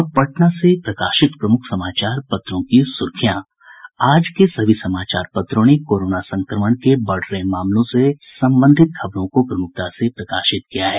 अब पटना से प्रकाशित प्रमुख समाचार पत्रों की सुर्खियां आज के सभी समाचार पत्रों ने कोरोना संक्रमण के बढ़ रहे मामलों से संबंधित खबरों को प्रमुखता से प्रकाशित किया है